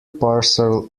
parcel